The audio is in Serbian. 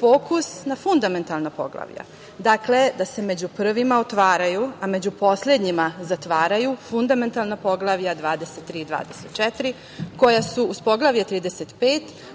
fokus na fundamentalna poglavlja. Dakle, da se među prvima otvaraju, a među poslednjima zatvaraju fundamentalna poglavlja 23 i 24, koja su uz poglavlje 35